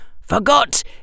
FORGOT